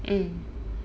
mm